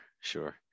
sure